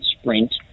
sprint